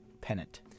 pennant